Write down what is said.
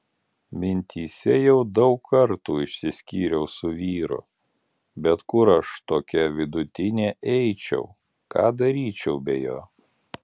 mintyse jau daug kartų išsiskyriau su vyru bet kur aš tokia vidutinė eičiau ką daryčiau be jo